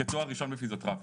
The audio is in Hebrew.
כמו תואר ראשון בפיזיותרפיה.